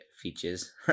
features